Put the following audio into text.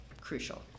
crucial